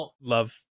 love